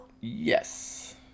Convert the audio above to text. Yes